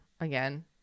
again